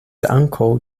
uncle